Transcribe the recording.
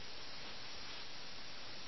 കാരണം ഈ കഥ സംഘർഷത്തെ കുറിച്ചുള്ളതാണ് അല്ലേ